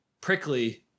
prickly